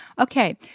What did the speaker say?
Okay